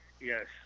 Yes